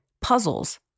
puzzles